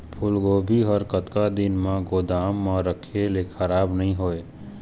फूलगोभी हर कतका दिन तक गोदाम म रखे ले खराब नई होय?